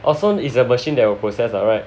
oh so is a machine that will process lah right